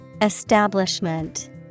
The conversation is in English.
Establishment